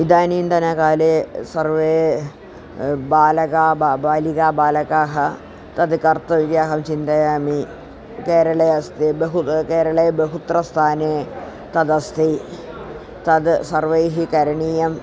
इदानीन्तनकाले सर्वे बालकाः बा बालिकाः बालकाः तद् कर्तव्यहं चिन्तयामि केरळे अस्ति बहु केरळे बहुत्र स्थाने तदस्ति तद् सर्वैः करणीयम्